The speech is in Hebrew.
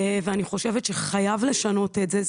אני חושבת שחייבים לשנות את זה.